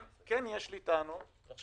כן יש לי טענות - הרי